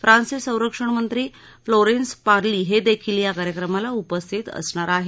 फ्रान्सचे संरक्षण मंत्री फ्लोरेन्स पार्ली हे देखील या कार्यक्रमाला उपस्थित असणार आहेत